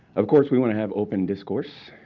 of course, we want to have open discourse,